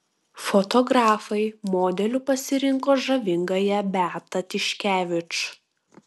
fotografai modeliu pasirinko žavingąją beatą tiškevič